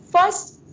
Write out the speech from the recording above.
First